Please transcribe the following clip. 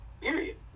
period